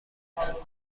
تنظیم